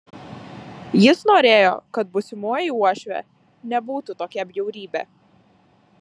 jis norėjo kad būsimoji uošvė nebūtų tokia bjaurybė